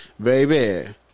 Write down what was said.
baby